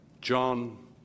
John